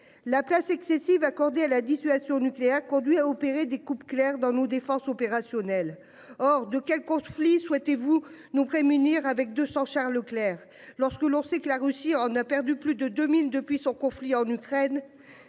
La place excessive accordée à la dissuasion nucléaire conduit à opérer des coupes claires dans nos défenses. Hors de quel conflit souhaitez-vous nous prémunir avec 200 chars Leclerc. Lorsque l'on sait que la Russie, on a perdu plus de 2000 depuis son conflit en Ukraine.